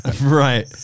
Right